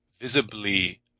visibly